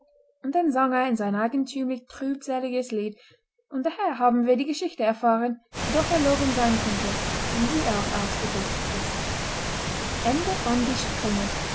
und dann sang er sein eigentümlich trübseliges lied und daher haben wir die geschichte erfahren die doch erlogen sein könnte wenn sie auch gedruckt ist